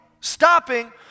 stopping